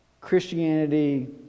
Christianity